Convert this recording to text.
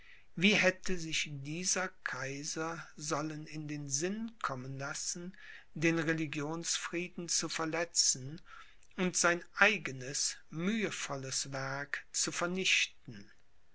wie hätte sich dieser kaiser sollen in den sinn kommen lassen den religionsfrieden zu verletzen und sein eigenes mühevolles werk zu vernichten